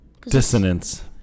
Dissonance